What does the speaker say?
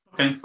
Okay